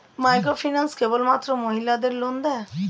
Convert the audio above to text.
Microfinance কেবলমাত্র মহিলাদের loan দেয়?